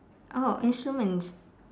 oh instruments